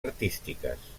artístiques